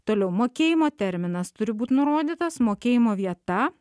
toliau mokėjimo terminas turi būt nurodytas mokėjimo vieta